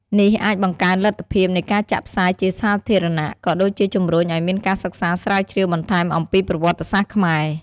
នេះអាចបង្កើនលទ្ធភាពនៃការចាក់ផ្សាយជាសាធារណៈ ក៏ដូចជាជំរុញឱ្យមានការសិក្សាស្រាវជ្រាវបន្ថែមអំពីប្រវត្តិសាស្ត្រខ្មែរ។